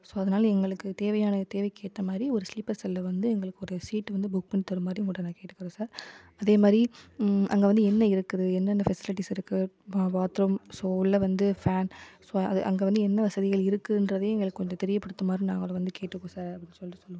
so அதனால் எங்களுக்கு தேவையான தேவைக்கு ஏற்ற மாதிரி ஒரு ஸ்லீப்பர் செல்லில் வந்து எங்களுக்கு ஒரு சீட்டு வந்து புக் பண்ணி தரும் மாறு உங்கட்ட நான் கேட்டுக்கிறேன் சார் அதே மாதிரி அங்கே வந்து என்ன இருக்குது என்னென்ன ஃபெசிலிட்டீஸ் இருக்குது பாத்ரூம் ஸோ உள்ளே வந்து ஃபேன் ஸோ அது அங்கே வந்து என்ன வசதிகள் இருக்குதுன்றதையும் எங்களுக்கு கொஞ்சம் தெரியப்படுத்துமாறு நாங்கள் வந்து கேட்டுக்கிறோம் சார் அப்படினு சொல்லிட்டு சொல்லுங்கள் சார்